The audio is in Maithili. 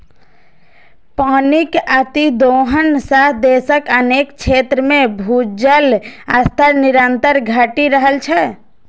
पानिक अतिदोहन सं देशक अनेक क्षेत्र मे भूजल स्तर निरंतर घटि रहल छै